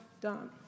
done